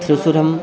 सुसुधम्